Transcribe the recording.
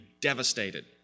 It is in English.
devastated